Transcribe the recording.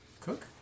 Cook